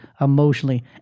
emotionally